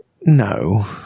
No